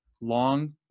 long